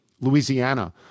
Louisiana